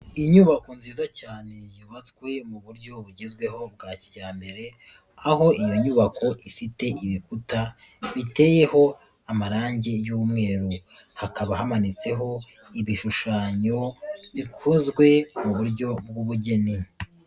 Inyubako nziza cyane yubatswe mu buryo bugezweho bwa kijyambere, aho iyo nyubako ifite ibikuta biteyeho amarangi y'umweru, hakaba hamanitseho ibishushanyo bikozwe mu buryo bw'ubugeni.